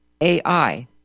AI